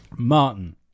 Martin